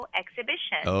exhibition